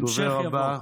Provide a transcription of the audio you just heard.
הדובר הבא.